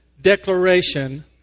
declaration